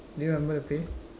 do you remember the pay